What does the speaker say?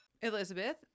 Elizabeth